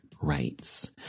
rights